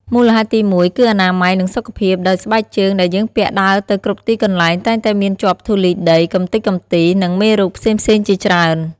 មូលហេតុទីមួយ គឺអនាម័យ និងសុខភាព ដោយស្បែកជើងដែលយើងពាក់ដើរទៅគ្រប់ទីកន្លែង តែងតែមានជាប់ធូលីដី កម្ទេចកំទី និងមេរោគផ្សេងៗជាច្រើន។